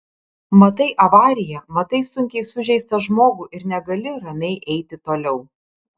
matai avariją matai sunkiai sužeistą žmogų ir negali ramiai eiti toliau